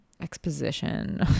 exposition